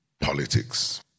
politics